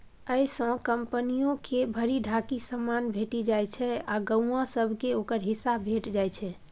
अय सँ कंपनियो के भरि ढाकी समान भेटइ छै आ गौंआ सब केँ ओकर हिस्सा भेंट जाइ छै